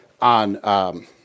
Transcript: on –